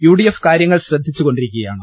UDF കാര്യങ്ങൾ ശ്രദ്ധിച്ചുകൊണ്ടിരിക്കുകയാണ്